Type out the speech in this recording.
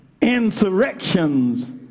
insurrections